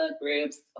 groups